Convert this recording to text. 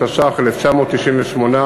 התשנ"ח 1998,